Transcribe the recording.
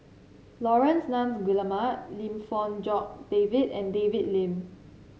Laurence Nunns Guillemard Lim Fong Jock David and David Lim